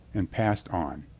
and passed on.